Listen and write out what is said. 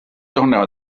torneu